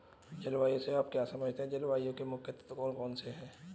जलवायु से आप क्या समझते हैं जलवायु के मुख्य तत्व कौन कौन से हैं?